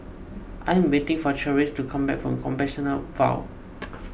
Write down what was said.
I am waiting for Cherise to come back from Compassvale Bow